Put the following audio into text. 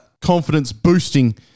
confidence-boosting